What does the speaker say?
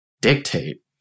dictate